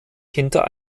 hinter